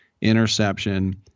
interception